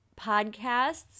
podcasts